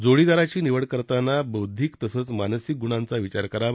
जोडीदाराची निवड करताना बौद्दीक तसंच मानसिक गुणांचा विचार करावा